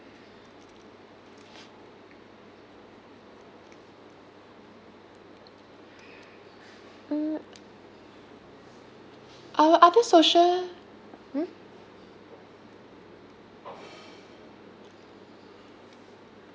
mm our other social hmm